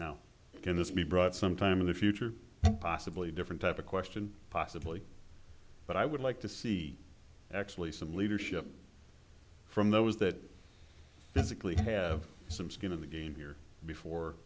now can this be brought sometime in the future possibly a different type of question possibly but i would like to see actually some leadership from those that physically have some skin in the game here before